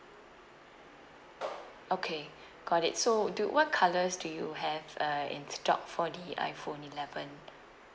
okay got it so do what colours do you have uh in stock for the iphone eleven